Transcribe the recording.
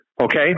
Okay